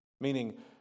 Meaning